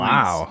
Wow